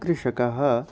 कृषकाः